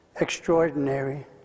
extraordinary